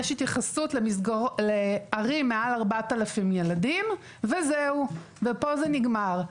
יש התייחסות לערים מעל 4,000 ילדים וזהו ופה זה נגמר,